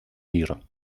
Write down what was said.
мира